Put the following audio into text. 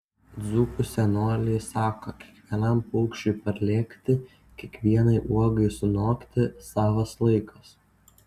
dzūkų senoliai sako kiekvienam paukščiui parlėkti kiekvienai uogai sunokti savas laikas